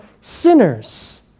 sinners